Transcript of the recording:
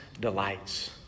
delights